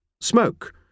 Smoke